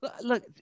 Look